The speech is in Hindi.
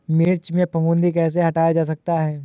मिर्च में फफूंदी कैसे हटाया जा सकता है?